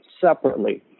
separately